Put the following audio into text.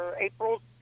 April